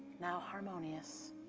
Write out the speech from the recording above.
now harmonious,